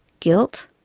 guilt.